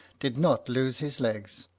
did not lose his legs.